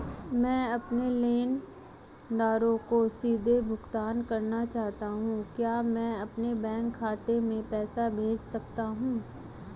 मैं अपने लेनदारों को सीधे भुगतान करना चाहता हूँ क्या मैं अपने बैंक खाते में पैसा भेज सकता हूँ?